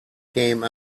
came